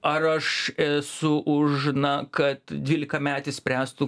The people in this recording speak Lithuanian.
ar aš esu už na kad dvylikametis spręstų